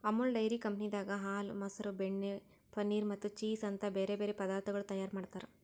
Amul dairy ಕಂಪನಿದಾಗ್ ಹಾಲ, ಮೊಸರ, ಬೆಣ್ಣೆ, ಪನೀರ್ ಮತ್ತ ಚೀಸ್ ಅಂತ್ ಬ್ಯಾರೆ ಬ್ಯಾರೆ ಪದಾರ್ಥಗೊಳ್ ತೈಯಾರ್ ಮಾಡ್ತಾರ್